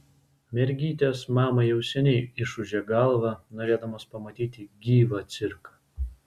mergytės mamai jau seniai išūžė galvą norėdamos pamatyti gyvą cirką